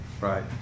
Right